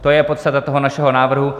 To je podstata toho našeho návrhu.